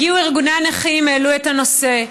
הגיעו ארגוני הנכים, העלו את הנושא.